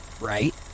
right